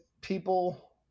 people